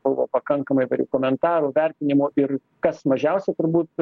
buvo pakankamai įvairių komentarų vertinimų ir kas mažiausiai turbūt